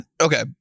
okay